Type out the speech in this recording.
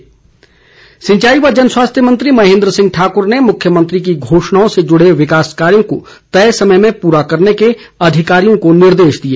महेन्द्र सिंह सिंचाई व जनस्वास्थ्य मंत्री महेन्द्र सिंह ठाक्र ने मुख्यमंत्री की घोषणाओं से जुड़े विकास कार्यों को तय समय में पूरा करने के अधिकारियों को निर्देश दिए